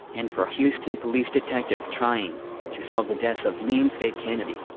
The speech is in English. and for houston police detectives trying to solve the deaths of yleen faye kennedy,